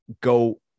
go